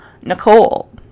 Nicole